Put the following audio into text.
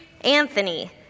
Anthony